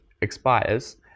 expires